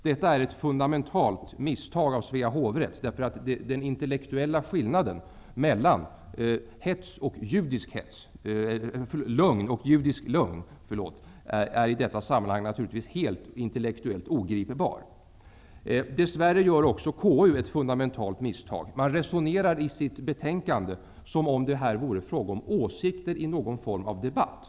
Detta är ett fundamentalt misstag av Svea hovrätt. Den intellektuella skillnaden mellan lögn och judisk lögn är nämligen i detta sammanhang naturligtvis intellektuellt helt ogripbar. Dess värre gör också KU ett fundamentalt misstag. Man resonerar i sitt betänkande som om det här vore fråga om åsikter i någon form av debatt.